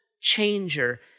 changer